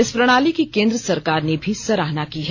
इस प्रणाली की केंद्र सरकार ने भी सराहना की है